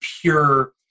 pure